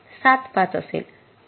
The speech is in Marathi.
७५ असेल